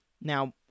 Now